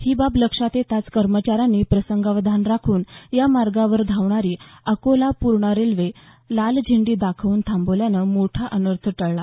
ही बाब लक्षात येताच कर्मचाऱ्यांनी प्रसंगावधान राखून या मार्गावर धावणारी अकोला पूर्णा रेल्वे लाल झेंडी दाखवून थांबवल्यानं मोठा अनर्थ टळला